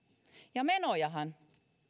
ja menojahan